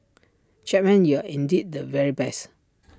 Chapman you are indeed the very best